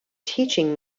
teaching